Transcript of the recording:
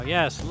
Yes